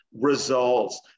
results